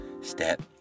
Step